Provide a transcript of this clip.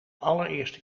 allereerste